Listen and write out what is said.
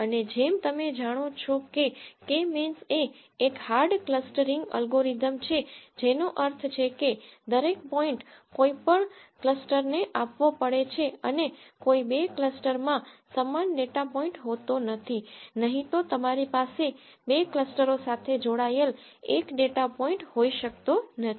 અને જેમ તમે જાણો છો કે k મીન્સ એ એક હાર્ડ ક્લસ્ટરીંગ એલ્ગોરિધમ છે જેનો અર્થ છે કે દરેક પોઈન્ટ કોઈ પણ ક્લસ્ટરclustersને આપવો પડે છે અને કોઈ બે ક્લસ્ટરો માં સમાન ડેટા પોઇન્ટ હોતો નથી નહીં તો તમારી પાસે 2 ક્લસ્ટરો સાથે જોડાયેલ એક ડેટા પોઇન્ટ હોઈ શકતો નથી